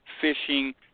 fishing